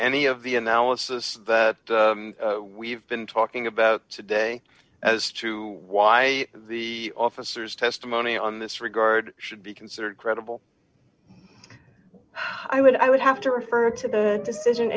any of the analysis that we've been talking about today as to why the officers testimony on this regard should be considered credible i would i would have to refer to the decision